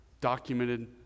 documented